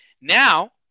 Now